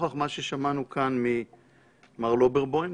לנוכח מה ששמענו כאן ממר לוברבום,